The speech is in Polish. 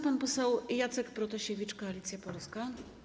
Pan poseł Jacek Protasiewicz, Koalicja Polska.